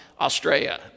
Australia